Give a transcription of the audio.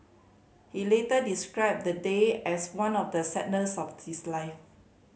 he later described the day as one of the of his life